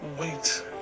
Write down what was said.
Wait